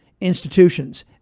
institutions